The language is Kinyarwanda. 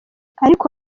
ariko